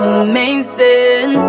amazing